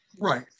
Right